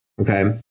Okay